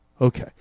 okay